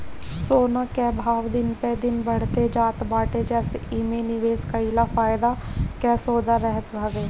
सोना कअ भाव दिन प दिन बढ़ते जात बाटे जेसे एमे निवेश कईल फायदा कअ सौदा रहत हवे